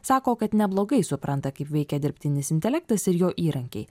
sako kad neblogai supranta kaip veikia dirbtinis intelektas ir jo įrankiai